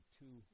two